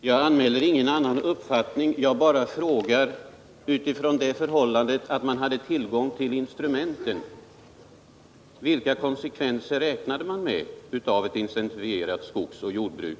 Herr talman! Jag anmäler ingen annan uppfattning; jag bara frågar utifrån det förhållandet att socialdemokraterna hade tillgång till instrumenten: Vilka konsekvenser räknade man med av ett intensifierat skogsoch jordbruk?